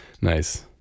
nice